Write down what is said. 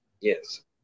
Yes